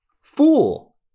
Fool